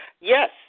Yes